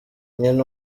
nyina